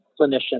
clinician